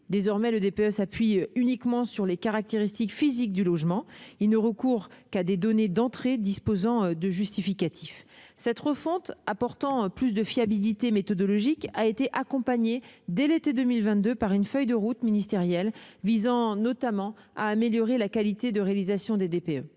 Désormais, le DPE s'appuie uniquement sur les caractéristiques physiques du logement. Il ne recourt qu'à des données d'entrée disposant de justificatifs. Cette refonte apportant plus de fiabilité méthodologique a été accompagnée dès l'été 2022 par une feuille de route ministérielle visant, notamment, à améliorer la qualité de réalisation des DPE.